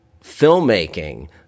filmmaking